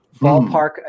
ballpark